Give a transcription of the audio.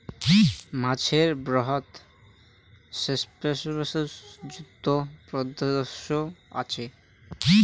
মাছের বৃহৎ শ্লেষ্মাযুত পৃষ্ঠদ্যাশ আচে